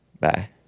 bye